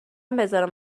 بذارم